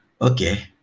okay